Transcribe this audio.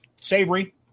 Savory